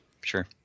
Sure